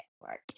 work